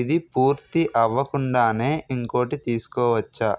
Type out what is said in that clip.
ఇది పూర్తి అవ్వకుండానే ఇంకోటి తీసుకోవచ్చా?